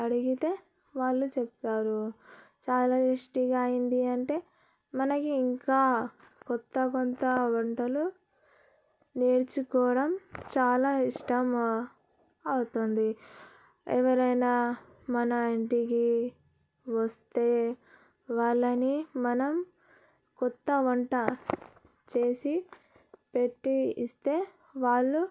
అడిగితే వాళ్ళు చెప్తారు చాలా ఇష్టిగా అయ్యింది అంటే మనకి ఇంకా కొత్త కొత్త వంటలు నేర్చుకోవడం చాలా ఇష్టం అవుతుంది ఎవరైనా మన ఇంటికి వస్తే వాళ్లని మనం కొత్త వంట చేసి పెట్టి ఇస్తే వాళ్ళు